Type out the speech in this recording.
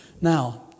Now